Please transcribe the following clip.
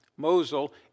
Mosul